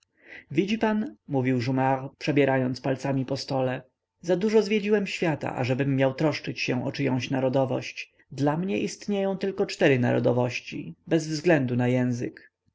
widzi pan mówił jumart przebierając palcami po stole zadużo zwiedziłem świata ażebym miał troszczyć się o czyjąś narodowość dla mnie istnieją tylko cztery narodowości bez względu na języki